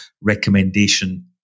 recommendation